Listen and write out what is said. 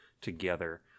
together